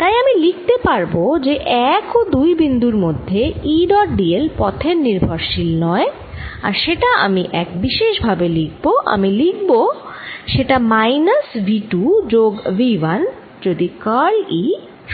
তাই আমি লিখতে পারব যে 1 ও 2 বিন্দুর মধ্যে E ডট d l পথের নির্ভরশীল নয় আর সেটা আমি এক বিশেষ ভাবে লিখব আমি লিখব সেটা মাইনাস v 2 যোগ v 1 যদি কার্ল E